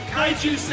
Kaiju